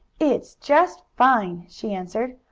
it's just fine! she answered.